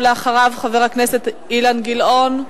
אחריו, חבר הכנסת אילן גילאון.